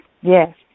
Yes